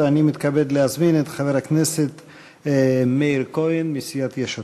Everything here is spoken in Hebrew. אני מתכבד להזמין את חבר הכנסת מאיר כהן מסיעת יש עתיד.